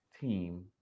team